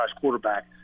quarterback